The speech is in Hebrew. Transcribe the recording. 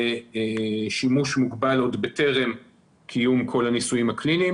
לשימוש מוגבל עוד בטרם קיום כל הניסויים הקליניים